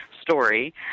story